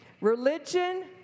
Religion